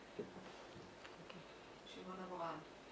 אני לא אוהב את זה כנותן